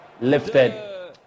lifted